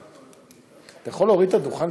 אני מכיר את הדעה